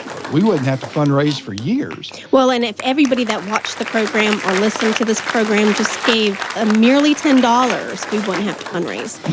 we wouldn't have to fundraise for years. well, and if everybody that watched the program, or listened to this program just gave ah merely ten dollars, we wouldn't have to fundraise,